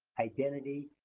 identity,